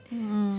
mm